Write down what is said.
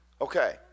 Okay